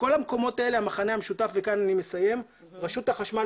בכל המקומות האלה המכנה המשותף הוא שרשות החשמל